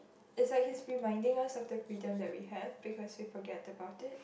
is like he is reminding us of the freedom that we have because we forget about it